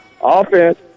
offense